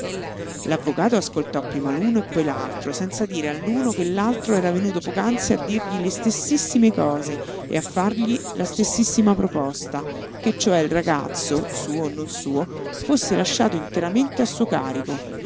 l'avvocato ascoltò prima l'uno e poi l'altro senza dire all'uno che l'altro era venuto poc'anzi a dirgli le stessissime cose e a fargli la stessissima proposta che cioè il ragazzo suo o non suo fosse lasciato interamente a suo carico